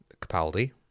Capaldi